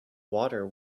water